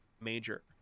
major